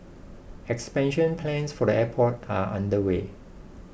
expansion plans for the airport are underway